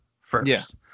first